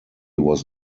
was